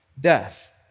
death